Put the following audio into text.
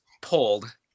pulled